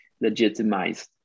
legitimized